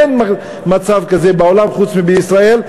אין מצב כזה בעולם חוץ מבישראל,